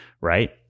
right